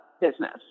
business